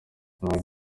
nta